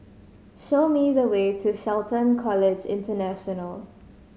show me the way to Shelton College International